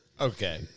Okay